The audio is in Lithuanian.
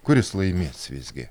kuris laimės visgi